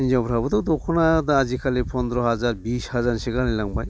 हिन्जावफ्राबोथ' दखना आजिखालि फन्द्र' हाजार बिस हाजारनिसो गाननाय लांबाय